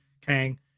Kang